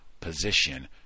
position